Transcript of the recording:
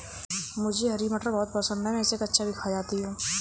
मुझे हरी मटर बहुत पसंद है मैं इसे कच्चा भी खा जाती हूं